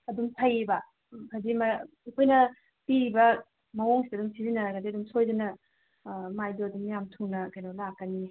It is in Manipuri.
ꯑꯗꯨꯝ ꯐꯩꯌꯦꯕ ꯑꯩꯈꯣꯏꯅ ꯄꯤꯔꯤꯕ ꯃꯑꯣꯡꯁꯤꯗ ꯑꯗꯨꯝ ꯁꯤꯖꯤꯟꯅꯔꯒꯗꯤ ꯑꯗꯨꯝ ꯁꯣꯏꯗꯅ ꯃꯥꯏꯗꯣ ꯑꯗꯨꯝ ꯌꯥꯝ ꯊꯨꯅ ꯀꯩꯅꯣ ꯂꯥꯛꯀꯅꯤ